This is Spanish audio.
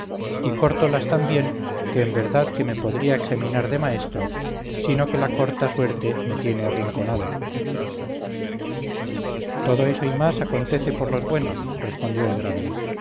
y córtolas tan bien que en verdad que me podría examinar de maestro sino que la corta suerte me tiene arrinconado todo eso y más acontece por los buenos respondió el grande